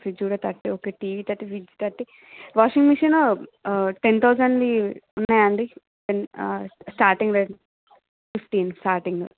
fridge కూడా thirty ఒక TV thirty fridge thirty washing machine ten thousand ది ఉన్నాయండి ఆ స్టార్టింగ్ రేట్ ఫిఫ్టీన్ స్టార్టింగ్